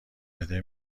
بده